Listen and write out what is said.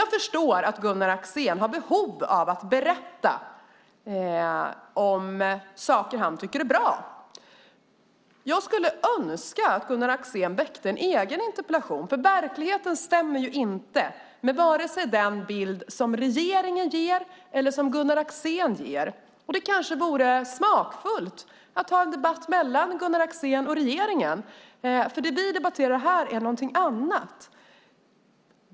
Jag förstår att Gunnar Axén har behov av att berätta om saker som han tycker är bra. Jag skulle önska att Gunnar Axén ställde en egen interpellation, för verkligheten stämmer inte med vare sig den bild som regeringen ger eller som Gunnar Axén ger. Det kanske vore smakfullt att ha en debatt mellan Gunnar Axén och regeringen, för det vi debatterar här är något annat.